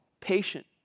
patient